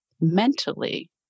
mentally